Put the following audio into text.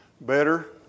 better